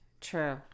True